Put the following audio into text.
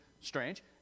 strange